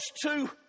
two